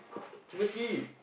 Timothy